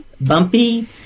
bumpy